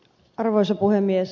arvoisa puhemies